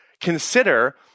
Consider